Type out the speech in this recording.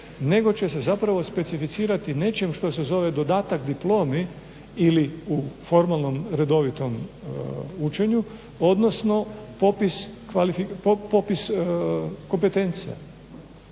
nego će se zapravo specificirati nečim što se zove dodatak diplomi ili u formalnom redovitom učenju, odnosno popis kompetencija.